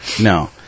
No